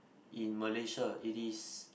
in Malaysia it is